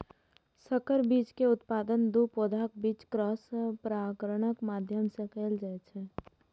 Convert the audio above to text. संकर बीज के उत्पादन दू पौधाक बीच क्रॉस परागणक माध्यम सं कैल जाइ छै